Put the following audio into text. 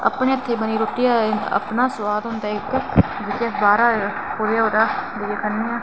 अपने हत्थें दी बनी दी रुट्टी दा अपना सोआद होंदा इक्क जेह्के बाहरा कुद्देआ खन्ने आं